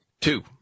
Two